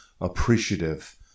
appreciative